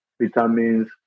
vitamins